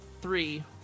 three